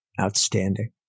outstanding